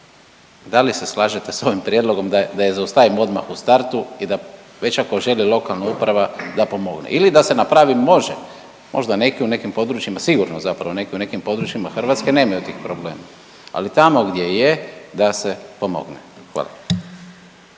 da li se slažete s ovim prijedlogom da je, da je zaustavimo odmah u startu i da već ako želi lokalna uprava da pomogne ili da se napravi, može, možda neki u nekim područjima, sigurno zapravo neki u nekim područjima Hrvatske nemaju tih problema, ali tamo gdje je da se pomogne, hvala.